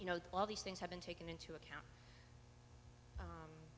you know all these things have been taken into account